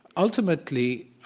ultimately,